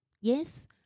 yes